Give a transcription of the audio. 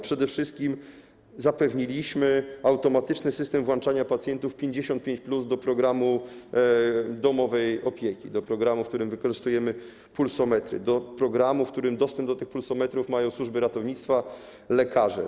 Przede wszystkim zapewniliśmy automatyczny system włączania pacjentów 55+ do programu domowej opieki, w którym wykorzystujemy pulsometry, do programu, w którym dostęp do tych pulsometrów mają służby ratownictwa, lekarze.